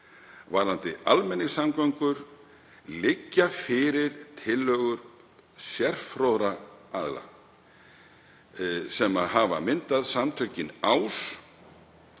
Varðandi almenningssamgöngur liggja fyrir tillögur sérfróðra aðila sem hafa myndað samtökin